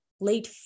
Late